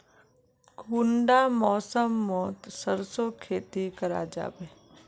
कुंडा मौसम मोत सरसों खेती करा जाबे?